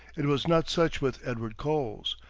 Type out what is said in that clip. it was not such with edward coles.